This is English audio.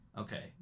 Okay